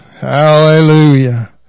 hallelujah